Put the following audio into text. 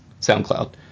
SoundCloud